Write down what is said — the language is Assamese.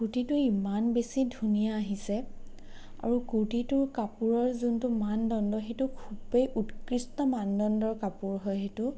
কূৰ্টীটো ইমান বেছি ধুনীয়া আহিছে আৰু কূৰ্টীটো কাপোৰৰ যোনটো মানদণ্ড সেইটো খুবেই উৎকৃষ্ট মানদণ্ডৰ কাপোৰ হয় সেইটো